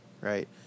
right